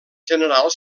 general